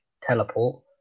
teleport